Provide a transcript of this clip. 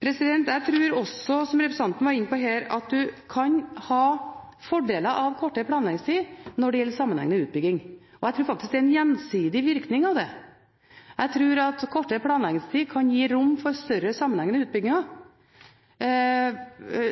Jeg tror også, som representanten var inne på, at man kan ha fordeler av kortere planleggingstid når det gjelder sammenhengende utbygging. Jeg tror faktisk det er en gjensidig virkning av det. Jeg tror at kortere planleggingstid kan gi rom for større sammenhengende utbygginger.